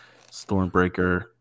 Stormbreaker